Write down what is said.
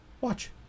Watch